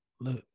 look